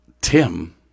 Tim